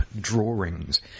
Drawings